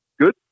good